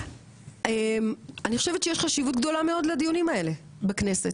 אני חושבת שיש חשיבות שיש חשיבות גדולה מאוד לדיונים האלה בכנסת,